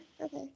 okay